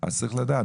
אז צריך לדעת.